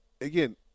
again